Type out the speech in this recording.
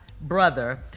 brother